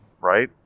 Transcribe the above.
right